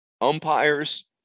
umpires